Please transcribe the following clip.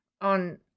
on